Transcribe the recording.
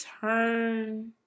turn